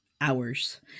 hours